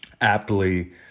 aptly